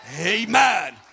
Amen